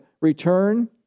return